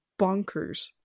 bonkers